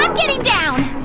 um getting down.